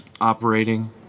operating